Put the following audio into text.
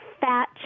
fat